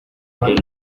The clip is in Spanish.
que